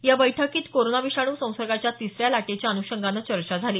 या बैठकीत कोरोना विषाणू संसर्गाच्या तिसऱ्या लाटेच्या अनुषंगानं चर्चा झाली